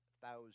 thousand